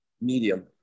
medium